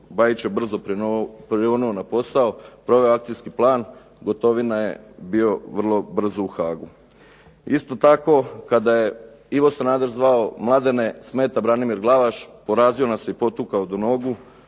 Bajić je brzo prionuo na posao, proveo je akcijski plan, Gotovina je bio vrlo brzo u Haagu. Isto tako kada je Ivo Sanader zvao Mladene smeta Branimir Glavaš, porazio nas je i potukao do nogu